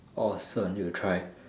awesome need to try